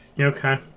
Okay